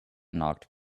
knocked